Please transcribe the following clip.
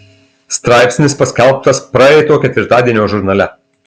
straipsnis paskelbtas praeito ketvirtadienio žurnale